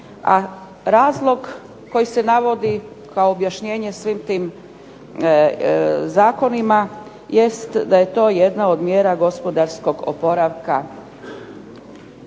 razlog koji se navodi kao objašnjenje svim tim zakonima, jest da je to jedna od mjera gospodarskog oporavka